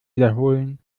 wiederholen